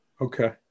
Okay